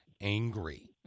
angry